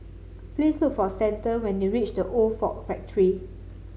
please look for Stanton when you reach The Old Ford Factory